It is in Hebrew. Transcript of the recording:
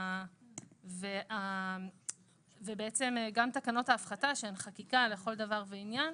גם תקנות ההפחתה שהן חקיקה לכל דבר ועניין,